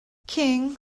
king